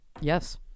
Yes